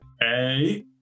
hey